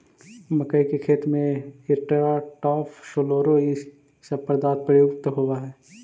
मक्कइ के खेत में एट्राटाफ, सोलोरा इ सब पदार्थ प्रयुक्त होवऽ हई